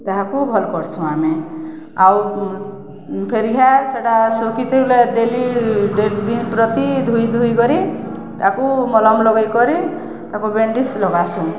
ତାହାକୁ ଭଲ୍ କର୍ସୁଁ ଆମେ ଆଉ ଫେର୍ ଘାଏ ସେଟା ଶୁଖିତି ବଲେ ଡେଲି ଦିନ୍ ପ୍ରତି ଧୁଇ ଧୁଇ କରି ତାକୁ ମଲମ୍ ଲଗେଇକରି ତାକୁ ବେଣ୍ଡିଜ୍ ଲଗାସୁଁ